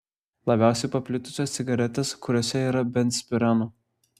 labiausiai paplitusios cigaretės kuriose yra benzpireno